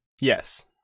Yes